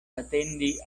atendi